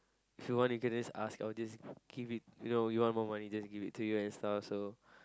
if you want you can just ask I'll just give it you know you want more money just give it to you and stuff you know